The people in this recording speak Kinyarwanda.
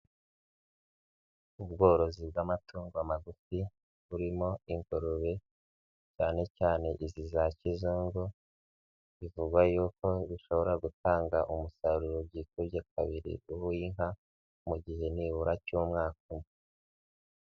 Ubworozi bw'amatungo magufi burimo ingurube cyane cyane izi za kizungu, bivugwa yuko bishobora gutanga umusaruro byikubye kabiri uw'inka mu gihe nibura cy'umwaka umwaka.